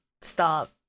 stop